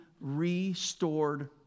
restored